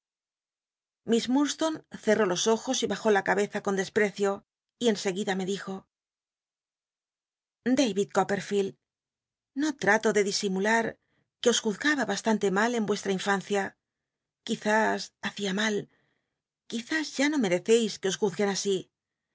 miss lf mdstonc cerró jos ojos y ba ió la cabeza con desprecio y en segui ht me dijo david copperfield no trato de disimular que os juzgaba bastante mal en vuestra infancia quizás hacia mal quizás ya no mereceis que os juzguen así